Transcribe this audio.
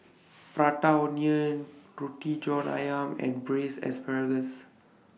Prata Onion Roti John Ayam and Braised Asparagus